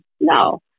No